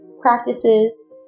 practices